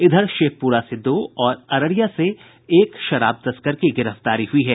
इधर शेखपुरा से दो और अररिया से एक शराब तस्कर की गिरफ्तारी हुई है